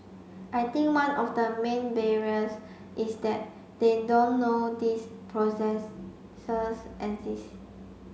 I think one of the main barriers is that they don't know these processes exist